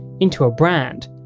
into a brand.